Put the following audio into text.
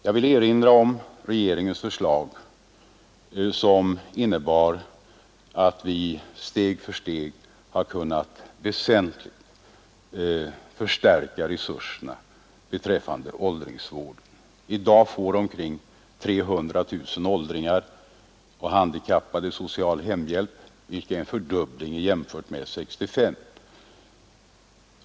Jag vill erinra om regeringens förslag som innebar att vi steg för steg väsentligt kunnat förstärka resurserna på detta område. I dag får omkring 300 000 åldringar och handikappade social hemhjälp, vilket är en fördubbling jämfört med 1965.